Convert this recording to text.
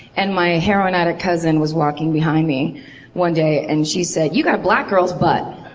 and my heroin addict cousin was walking behind me one day and she said, you got a black girl's butt!